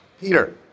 Peter